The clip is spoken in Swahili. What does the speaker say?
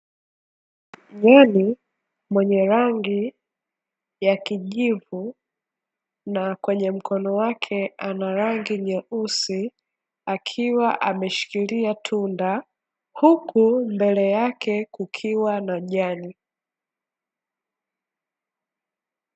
Nyani mwenye rangi ya kijivu na kwenye mkono wake ana rangi nyeusi akiwa ameshikilia tunda, huku mbele yake kukiwa na jani.